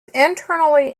internally